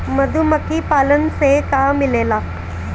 मधुमखी पालन से का मिलेला?